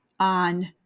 on